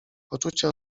poczucie